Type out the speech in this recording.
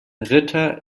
ritter